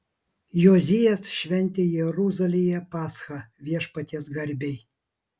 jozijas šventė jeruzalėje paschą viešpaties garbei